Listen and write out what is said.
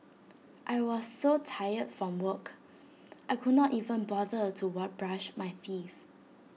I was so tired from work I could not even bother to work brush my teeth